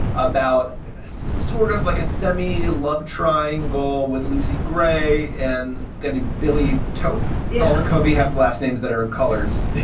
about sort of like a semi love triangle with lucy grey and skinny billy tope. yeah. all the covey have last names that are colours.